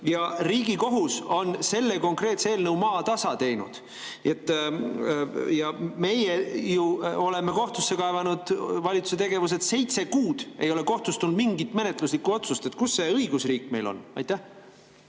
Riigikohus on selle eelnõu maatasa teinud. Meiegi ju oleme kohtusse kaevanud valitsuse tegevuse, aga seitse kuud ei ole kohtust tulnud mingit menetluslikku otsust. Kus see õigusriik meil on? Aitäh!